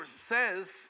says